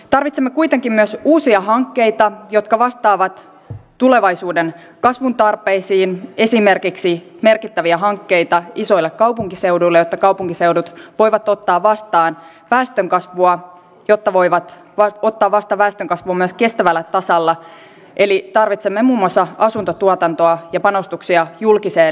tarvitsemme kuitenkin myös uusia hankkeita jotka vastaavat tulevaisuuden kasvun tarpeisiin esimerkiksi merkittäviä hankkeita isoille kaupunkiseuduille jotta kaupunkiseudut voivat ottaa vastaan väestönkasvua jota voivat vaikuttaa vasta väestönkasvu myös kestävällä tasolla eli tarvitsemme muun muassa asuntotuotantoa ja panostuksia julkiseen liikenteeseen